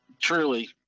truly